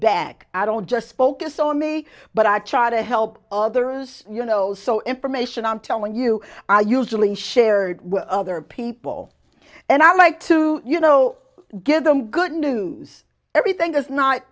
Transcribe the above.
back i don't just focus on me but i try to help others you know so information i'm telling you i usually share it with other people and i like to you know give them good news everything is not